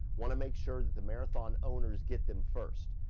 wanna make sure that the marathon owners get them first.